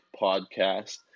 podcast